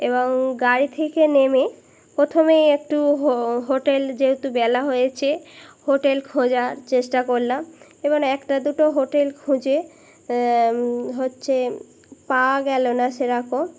এবং গাড়ি থেকে নেমে প্রোথমেই একটু হো হোটেল যেহেতু বেলা হয়েছে হোটেল খোঁজার চেষ্টা করলাম এবং একটা দুটো হোটেল খুঁজে হচ্ছে পাওইয়া গেলো না সেরকম